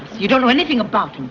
you don't know anything about him.